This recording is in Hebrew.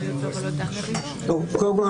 קודם כול,